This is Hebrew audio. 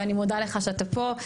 ואני מודה לך שאתה פה,